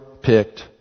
picked